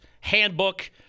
handbook